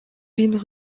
been